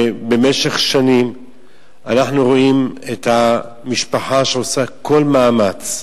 שבמשך שנים אנחנו רואים את המשפחה שעושה כל מאמץ.